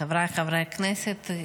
חבריי חברי הכנסת,